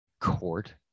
court